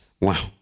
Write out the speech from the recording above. Wow